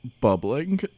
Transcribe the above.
bubbling